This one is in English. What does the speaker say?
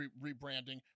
rebranding